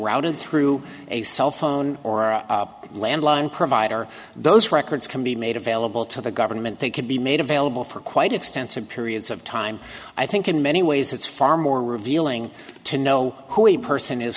routed through a cell phone or a landline provider those records can be made available to the government they can be made available for quite extensive periods of time i think in many ways it's far more revealing to know who a person is